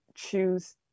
choose